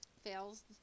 fails